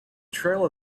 trail